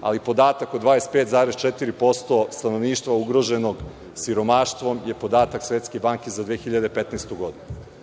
ali podatak od 25,4% stanovništva ugroženog siromaštvom je podatak Svetske banke za 2015. godinu. Ako